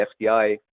FDI